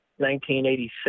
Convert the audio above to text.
1986